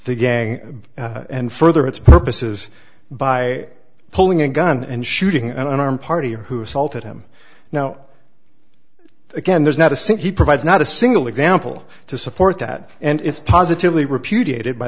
the gang and further its purposes by pulling a gun and shooting an unarmed party who assaulted him now again there's not a cent he provides not a single example to support that and it's positively repudiated